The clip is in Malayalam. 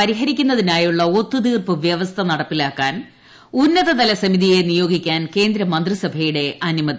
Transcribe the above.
പരിഹരിക്കുന്നതിനായുള്ള ഒത്തു തീർപ്പ് വൃവസ്ഥ നടപ്പിലാക്കാൻ ഉന്നതതല സമിതിയെ നിയോഗിക്കാൻ കേന്ദ്ര മന്ത്രിസഭയുടെ അനുമതി